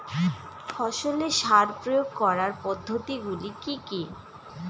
ফসলে সার প্রয়োগ করার পদ্ধতি গুলি কি কী?